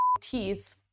teeth